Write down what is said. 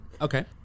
Okay